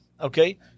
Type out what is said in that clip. Okay